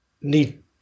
need